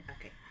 Okay